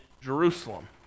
Jerusalem